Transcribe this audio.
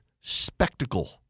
spectacle